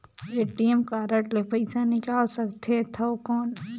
ATM card ले पइसा निकाल सकथे थव कौन?